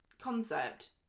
concept